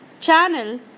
channel